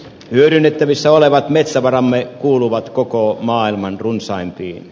hyödynnettävissä olevat metsävaramme kuuluvat koko maailman runsaimpiin